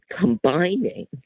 combining